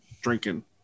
drinking